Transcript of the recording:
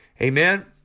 Amen